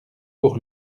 pour